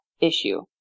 issue